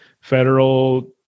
federal